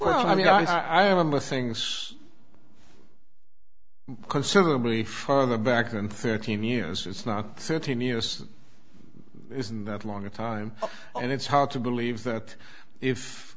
well i mean i think i remember things considerably farther back than thirteen years it's not thirteen years isn't that long a time and it's hard to believe that if